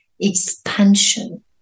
expansion